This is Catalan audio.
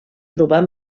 trobar